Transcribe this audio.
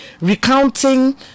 recounting